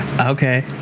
Okay